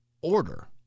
order